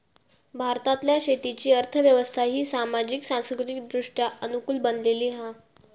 भारतातल्या शेतीची अर्थ व्यवस्था ही सामाजिक, सांस्कृतिकदृष्ट्या अनुकूल बनलेली हा